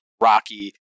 Rocky